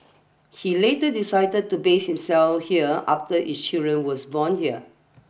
he later decided to base himself here after is children were born here